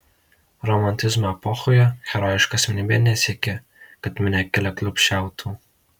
romantizmo epochoje herojiška asmenybė nesiekė kad minia keliaklupsčiautų